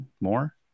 more